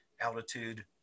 altitude